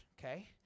okay